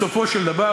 בסופו של דבר,